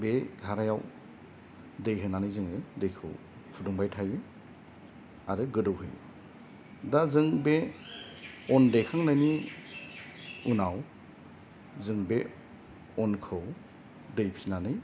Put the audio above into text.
बे घारायाव दै होनानै जोङो दैखौ फुदुंबाय थायो आरो गोदौहोयो दा जों बे अन देखांनायनि उनाव जों बे अनखौ दै फिसिनानै